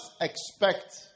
expect